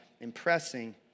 impressing